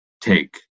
take